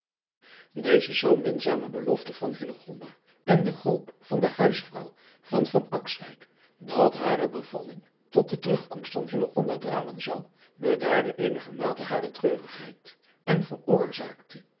eze zoo minzame belofte van en de hoop van de huisvrouw van dat hare bevalling tot de terugkomst van driaan oosjes zn et leven van illegonda uisman dralen zou bedaarde eenigermate hare treurigheid en veroorzaakte